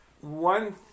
One